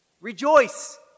Rejoice